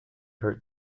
hurt